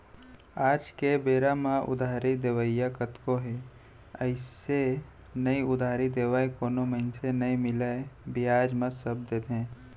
आज के बेरा म उधारी देवइया कतको हे अइसे नइ उधारी देवइया कोनो मनसे नइ मिलय बियाज म सब देथे